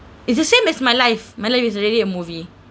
it's the same as my life my life is already a movie